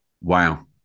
Wow